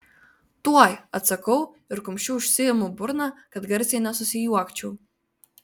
tuoj atsakau ir kumščiu užsiimu burną kad garsiai nesusijuokčiau